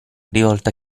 rivolta